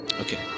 Okay